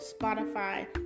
Spotify